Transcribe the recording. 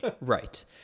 right